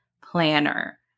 planner